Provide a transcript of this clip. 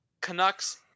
Canucks